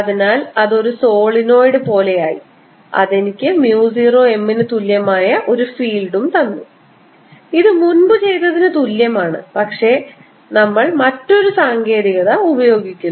അതിനാൽ അത് ഒരു സോളിനോയിഡ് പോലെയായി അത് എനിക്ക് mu 0 M ന് തുല്യമായ ഒരു ഫീൽഡ് തന്നു ഇതു മുൻപു ചെയ്തതിന് തുല്യമാണ് പക്ഷേ നമ്മൾ മറ്റൊരു സാങ്കേതികത ഉപയോഗിക്കുന്നു